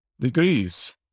degrees